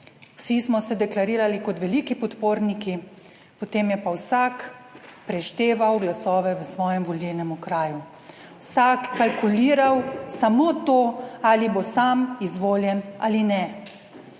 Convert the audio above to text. vsi smo se deklarirali kot veliki podporniki, potem je pa vsak prešteval glasove v svojem volilnem okraju, vsak kalkuliral samo to, ali bo sam izvoljen ali ne.